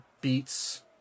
beats